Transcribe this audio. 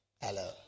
hello